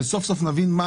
סוף סוף נבין מה